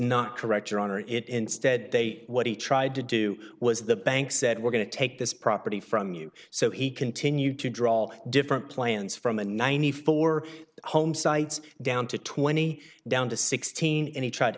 not correct your honor it instead they what he tried to do was the bank said we're going to take this property from you so he continued to draw different plans from a ninety four homesites down to twenty down to sixteen any tried